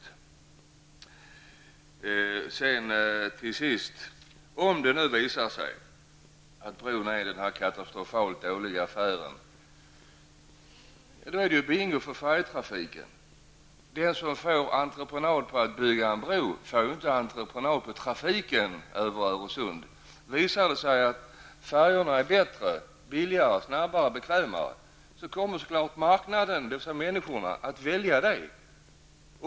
Om det nu till sist visar sig att bron är katastrofalt dålig affär är det ju bingo för färjetrafiken. Den som får entreprenad på att bygga en bro får ju inte entreprenad på trafiken över Öresund. Visar det sig att färjorna är bättre, billigare, snabbare och bekvämare kommer naturligtvis marknaden, dvs. människorna, att välja dem.